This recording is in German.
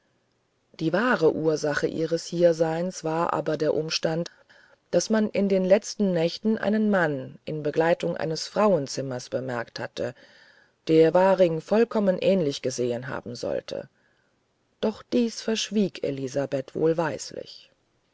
die wahre ursache ihres hierseins aber war der umstand daß man in den letzten nächten einen mann in begleitung eines frauenzimmers bemerkt hatte der waringen vollkommen ähnlich gesehen haben sollte doch dies verschwieg elisabeth wohlweislich